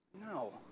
No